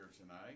tonight